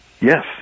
Yes